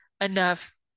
enough